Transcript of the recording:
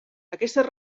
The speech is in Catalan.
aquestes